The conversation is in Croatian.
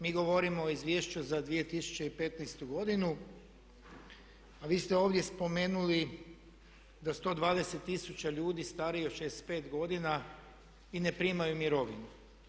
Mi govorimo o izvješću za 2015.godinu a vi ste ovdje spomenuli da 120 tisuća ljudi starijih od 65 godina i ne primaju mirovinu.